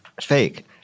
Fake